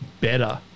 better